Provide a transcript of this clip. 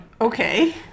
Okay